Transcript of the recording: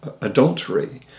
adultery